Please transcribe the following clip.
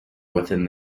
within